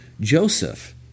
Joseph